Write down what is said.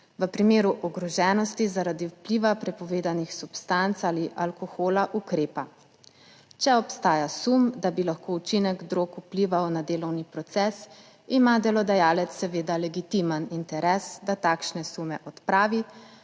v primeru ogroženosti zaradi vpliva prepovedanih substanc ali alkohola ukrepa Če obstaja sum, da bi lahko učinek drog vplival na delovni proces, ima delodajalec seveda legitimen interes, da takšne sume odpravi